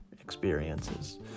experiences